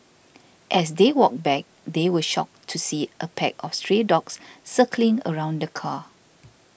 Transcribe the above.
as they walked back they were shocked to see a pack of stray dogs circling around the car